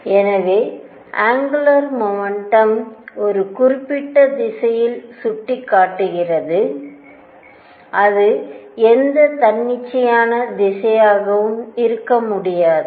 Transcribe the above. எனவே angular momentum ஒரு குறிப்பிட்ட திசையில் சுட்டிக்காட்டுகிறது அது எந்த தன்னிச்சையான திசையாகவும் இருக்க முடியாது